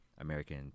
American